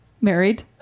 married